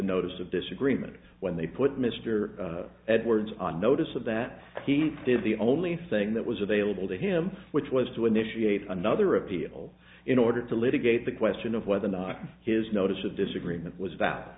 notice of disagreement when they put mr edwards on notice of that he did the only thing that was available to him which was to initiate another appeal in order to litigate the question of whether or not his notice of disagreement was that